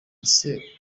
ese